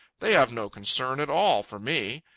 they have no concern at all for me.